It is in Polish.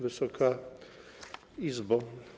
Wysoka Izbo!